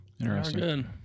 Interesting